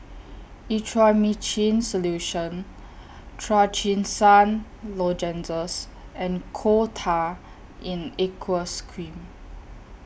Erythroymycin Solution Trachisan Lozenges and Coal Tar in Aqueous Cream